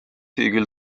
küll